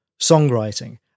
songwriting